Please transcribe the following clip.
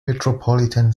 metropolitan